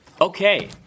Okay